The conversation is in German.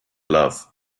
love